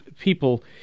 people